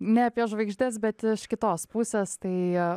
ne apie žvaigždes bet iš kitos pusės tai